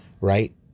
Right